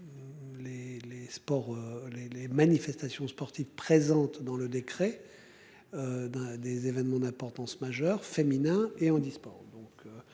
les manifestations sportives présentes dans le décret. D'un des événements d'importance majeure féminin et handisport